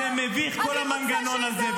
זה מביך כל המנגנון הזה.